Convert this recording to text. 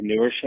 entrepreneurship